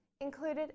included